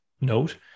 note